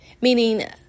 meaning